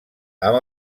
amb